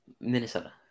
Minnesota